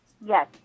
Yes